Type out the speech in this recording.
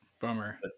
Bummer